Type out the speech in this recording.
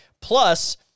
Plus